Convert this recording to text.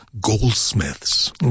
goldsmiths